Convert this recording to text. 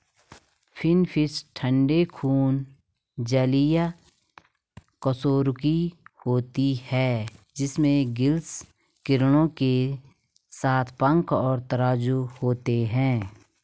finfish ठंडे खून जलीय कशेरुकी होते हैं जिनमें गिल्स किरणों के साथ पंख और तराजू होते हैं